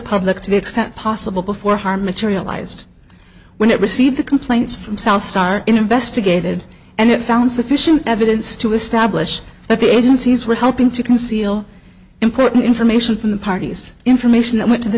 public to the extent possible before harm materialized when it received complaints from south star investigated and it found sufficient evidence to establish that the agencies were helping to conceal important information from the parties information that went to the